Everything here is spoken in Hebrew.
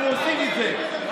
אנחנו עושים את זה.